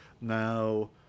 Now